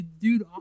Dude